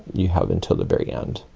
you have until the very end.